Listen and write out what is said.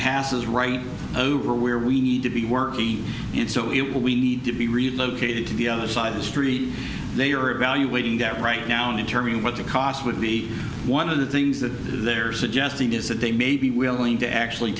passes right over where we need to be working and so it we need to be relocated to the other side of the street they are evaluating that right now in terms of what the cost would be one of the things that they're suggesting is that they may be willing to actually